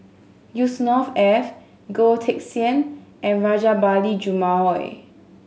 Yusnor Ef Goh Teck Sian and Rajabali Jumabhoy